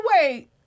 wait